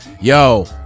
Yo